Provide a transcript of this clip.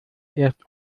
erst